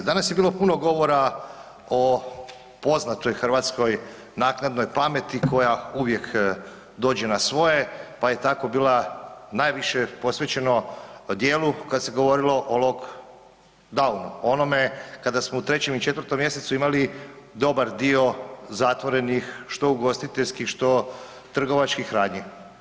Danas je bilo puno govora o poznatoj hrvatskoj naknadnoj pameti koja uvijek dođe na svoje pa je tako bila najviše posvećeno djelu kada se govorilo o lockdownu, o onome kada smo u 3. i 4. mj. imali dobar dio zatvorenih što ugostiteljskih, što trgovačkih radnji.